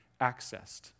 accessed